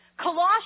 Colossians